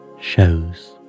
shows